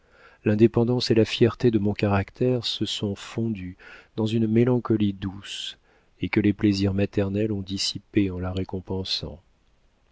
l'indépendance et la fierté de mon caractère se sont fondues dans une mélancolie douce et que les plaisirs maternels ont dissipée en la récompensant